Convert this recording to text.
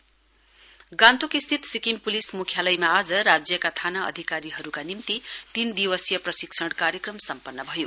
SHO training Gangtok स्थित Sikkim police म्खयालयमा आज राज्यका थाना अधिकारीहरूका निम्ति तीन दिवसीय प्रशिक्षण कार्यक्रम सम्पन्न भयो